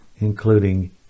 including